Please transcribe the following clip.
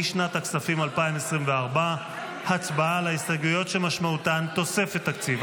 לשנת הכספים 2024. הצבעה על ההסתייגויות שמשמעותן תוספת תקציב.